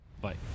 Bye